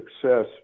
success